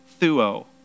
thuo